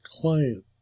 client